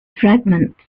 fragments